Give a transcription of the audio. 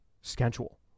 schedule